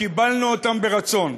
קיבלנו אותם ברצון.